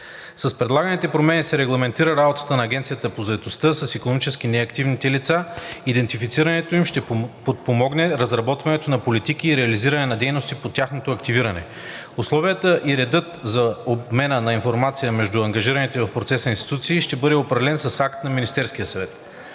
С предлаганите промени се регламентира работата на Агенцията по заетостта с икономически неактивните лица. Идентифицирането им ще подпомогне разработването на политики и реализиране на дейности по тяхното активиране. Условията и редът за обмена на информацията между ангажираните в процеса институции ще бъде определен с акт на Министерския съвет.